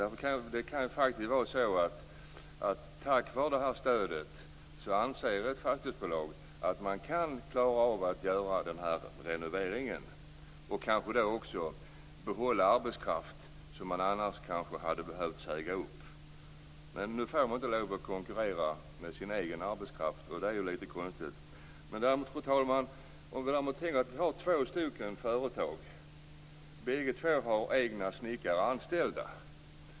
Det kan vara så att ett fastighetsbolag anser att man kan klara av att göra en renovering tack vare det här stödet och då också klara att behålla arbetskraft som man annars kanske hade behövt säga upp. Men nu får de inte lov att konkurrera om arbetet med sin egen arbetskraft, och det är ju litet konstigt. Låt oss tänka oss två företag som bägge har egna snickare anställda.